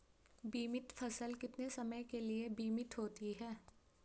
बीमित फसल कितने समय के लिए बीमित होती है?